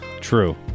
True